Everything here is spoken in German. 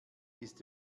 ist